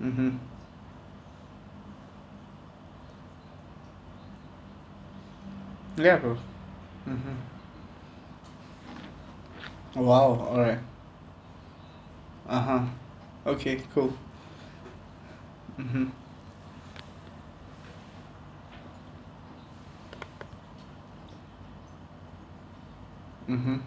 mmhmm ya bro mmhmm !wow! alright (uh huh) okay cool mmhmm mmhmm